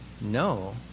no